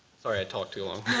sorry, i talked too long.